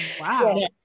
wow